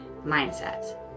mindset